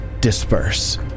disperse